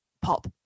pop